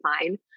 fine